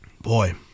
Boy